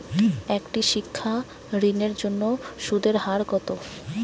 একটি শিক্ষা ঋণের জন্য সুদের হার কত?